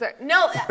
No